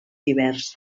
divers